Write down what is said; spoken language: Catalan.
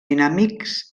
dinàmics